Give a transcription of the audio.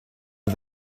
but